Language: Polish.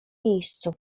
miejscu